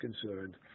concerned